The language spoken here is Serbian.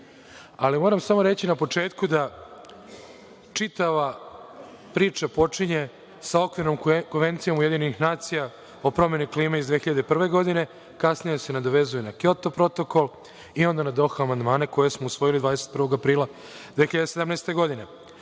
Ali, moram samo reći na početku da čitava priča počinje sa okvirnom Konvencijom UN o promeni klime iz 2001. godine, a kasnije se nadovezuje na Kjoto protokol i onda na Doh-a amandmane koje smo usvojili 21. aprila 2017. godine.